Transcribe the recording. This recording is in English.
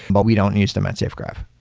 but we don't use them at safegraph.